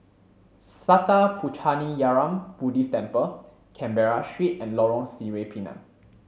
Sattha Puchaniyaram Buddhist Temple Canberra Street and Lorong Sireh Pinang